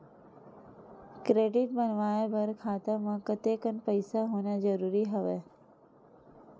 Credit बनवाय बर खाता म कतेकन पईसा होना जरूरी हवय?